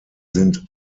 sind